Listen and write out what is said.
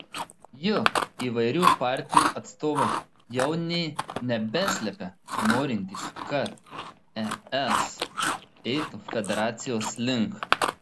juk įvairių partijų atstovai jau nė nebeslepia norintys kad es eitų federacijos link